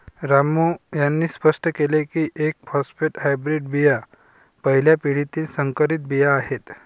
रामू यांनी स्पष्ट केले की एफ फॉरेस्ट हायब्रीड बिया पहिल्या पिढीतील संकरित बिया आहेत